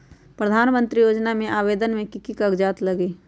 प्रधानमंत्री योजना में आवेदन मे की की कागज़ात लगी?